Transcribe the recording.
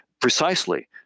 precisely